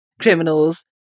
criminals